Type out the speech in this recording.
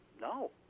no